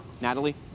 Natalie